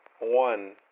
One